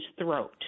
throat